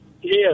Yes